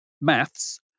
maths